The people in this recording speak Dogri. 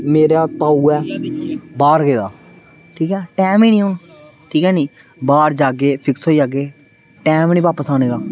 मेरा ताऊ ऐ बाहर गेदा ठीक ऐ टैम नी हुन ठीक ऐ नी बाहर जागे फिक्स होई जागे टैम नी बापस आने दा